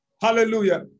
Hallelujah